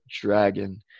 dragon